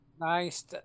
nice